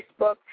Facebook